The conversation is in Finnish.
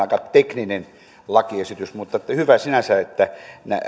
aika tekninen lakiesitys mutta hyvä sinänsä että